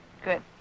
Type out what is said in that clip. Good